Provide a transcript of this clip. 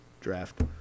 draft